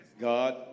God